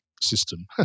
system